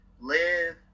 live